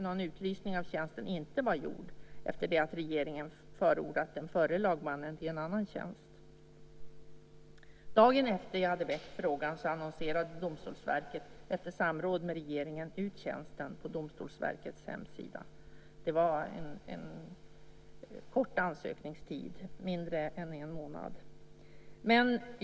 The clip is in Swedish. Någon utlysning av tjänsten hade inte skett efter att regeringen hade förordat den förre lagmannen till en annan tjänst. Dagen efter att jag hade ställt frågan annonserade Domstolsverket, efter samråd med regeringen, ut tjänsten på Domstolsverkets hemsida. Det var kort ansökningstid, mindre än en månad.